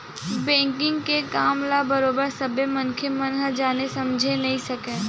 banking के काम ल बरोबर सब्बे मनखे मन ह जाने समझे नइ सकय